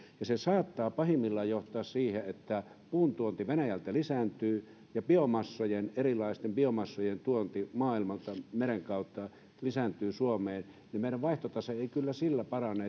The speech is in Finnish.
ja se saattaa pahimmillaan johtaa siihen että puun tuonti venäjältä lisääntyy ja erilaisten biomassojen tuonti maailmalta meren kautta suomeen lisääntyy ja meidän vaihtotase ei kyllä sillä parane